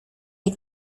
hay